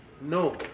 No